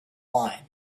wine